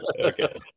okay